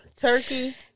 turkey